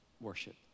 worship